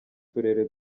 turere